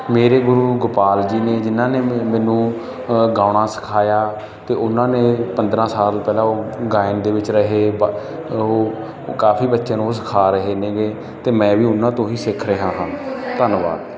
ਮੇਰੇ ਗੁਰੂ ਗੋਪਾਲ ਜੀ ਨੇ ਜਿਨ੍ਹਾਂ ਨੇ ਮ ਮੈਨੂੰ ਗਾਉਣਾ ਸਿਖਾਇਆ ਅਤੇ ਉਹਨਾਂ ਨੇ ਪੰਦਰ੍ਹਾਂ ਸਾਲ ਪਹਿਲਾਂ ਉਹ ਗਾਇਨ ਦੇ ਵਿੱਚ ਰਹੇ ਉਹ ਕਾਫੀ ਬੱਚੇ ਨੂੰ ਸਿਖਾ ਰਹੇ ਨੇਗੇ ਅਤੇ ਮੈਂ ਵੀ ਉਹਨਾਂ ਤੋਂ ਹੀ ਸਿੱਖ ਰਿਹਾ ਹਾਂ ਧੰਨਵਾਦ